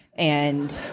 and